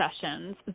sessions